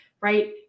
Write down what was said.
right